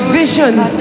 visions